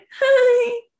Hi